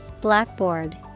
Blackboard